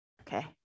Okay